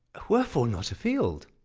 wherefore not afield?